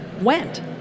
went